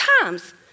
times